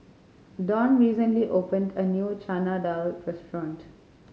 Don recently opened a new Chana Dal restaurant